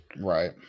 Right